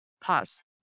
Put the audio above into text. Pause